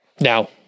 Now